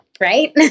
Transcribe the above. right